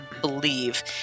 believe